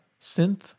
synth